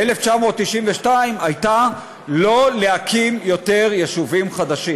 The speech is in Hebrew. ב-1992 הייתה לא להקים יותר יישובים חדשים.